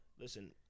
Listen